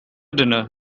dinner